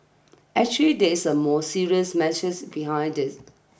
actually there's a more serious message behind it